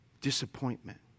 disappointment